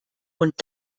und